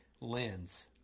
lens